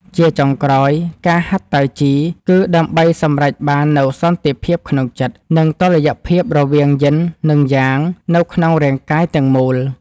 ជាចុងក្រោយ ការហាត់តៃជីគឺដើម្បីសម្រេចបាននូវសន្តិភាពក្នុងចិត្ត និងតុល្យភាពរវាងយិន និងយ៉ាងនៅក្នុងរាងកាយទាំងមូល។